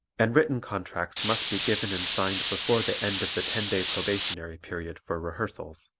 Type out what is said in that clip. and written contracts must be given and signed before the end of the ten-day probationary period for rehearsals.